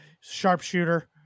Sharpshooter